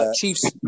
Chiefs